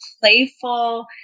playful